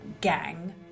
gang